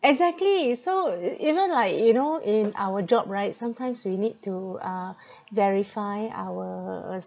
exactly so e~ even like you know in our job right sometimes we need to uh verify our uh